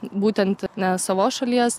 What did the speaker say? būtent ne savos šalies